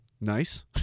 Nice